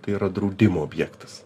tai yra draudimo objektas